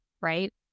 right